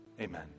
Amen